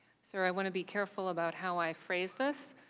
sir, i want to be careful about how i phrase this.